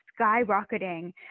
skyrocketing